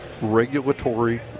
regulatory